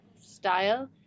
style